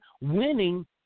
winning –